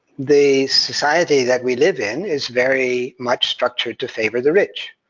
the society that we live in is very much structured to favor the rich.